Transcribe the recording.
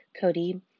Cody